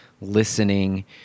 listening